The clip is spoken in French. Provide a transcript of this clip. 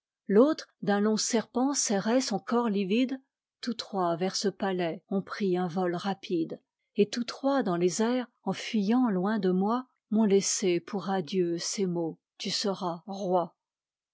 l'autre d'un long serpent serrait son corps livide tous trois vers ce palais ont pris un vol rapide et tous trois dans les airs en fuyant loin de moi m'ont laissé pour adieu ces mots tu seras roi